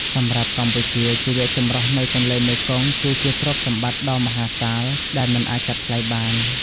សម្រាប់កម្ពុជា ជីវៈចម្រុះនៃទន្លេមេគង្គគឺជាទ្រព្យសម្បត្តិដ៏មហាសាលដែលមិនអាចកាត់ថ្លៃបាន។